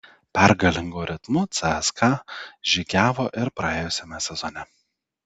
pergalingu ritmu cska žygiavo ir praėjusiame sezone